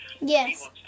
yes